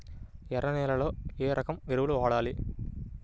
ఎర్ర నేలలో ఏ రకం ఎరువులు వాడాలి?